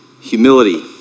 Humility